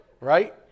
right